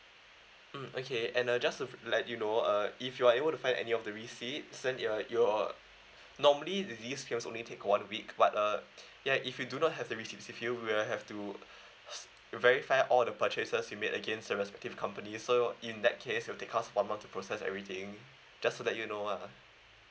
mm okay and uh just to let you know uh if you are able to find any of the receipts then you you are normally these claims only take one week but uh ya if you do not have the receipts with you we'll have to s~ verify all the purchases you made against the respective company so in that case it will take us one month to process everything just to let you know ah